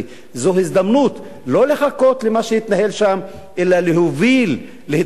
זו הזדמנות לא לחכות למה שיתנהל שם אלא להוביל להידברות,